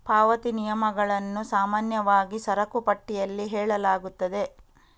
ಪಾವತಿ ನಿಯಮಗಳನ್ನು ಸಾಮಾನ್ಯವಾಗಿ ಸರಕು ಪಟ್ಟಿಯಲ್ಲಿ ಹೇಳಲಾಗುತ್ತದೆ